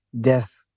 death